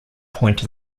point